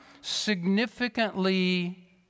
significantly